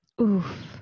Oof